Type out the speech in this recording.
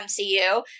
MCU